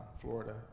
Florida